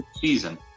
season